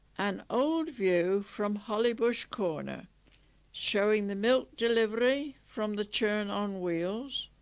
an old view from hollybush corner showing the milk delivery from the churn on wheels.